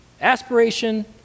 Aspiration